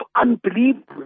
unbelievable